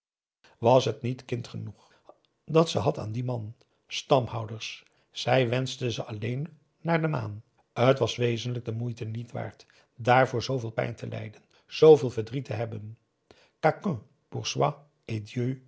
was het niet kind genoeg dat ze had aan dien man stamhouders zij wenschte ze allen naar de maan t was wezenlijk de moeite niet waard dààrvoor zooveel pijn te lijden en zooveel verdriet te hebben